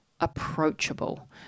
approachable